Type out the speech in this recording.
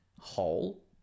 hole